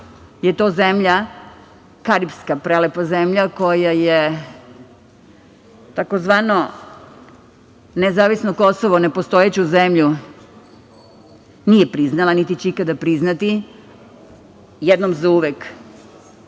da ta karibska prelepa zemlja koja tzv. nezavisno Kosovo, nepostojeću zemlju, nije priznala, niti će je ikada priznati. Jednom zauvek